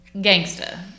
gangster